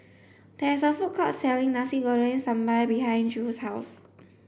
there is a food court selling Nasi Goreng Sambal behind Drew's house